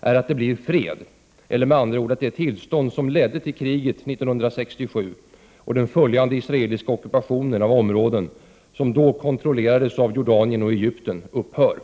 är att det blir fred — med andra ord att det tillstånd som ledde till kriget 1967 och till den följande israeliska ockupationen av områden som då kontrollerades av Jordanien och Egypten upphör.